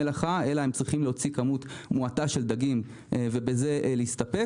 המלאכה אלא הם צריכים להוציא כמות מועטה של דגים ובזה להסתפק.